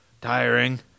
Tiring